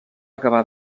acabar